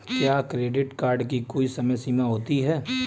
क्या credit card की कोई समय सीमा होती है?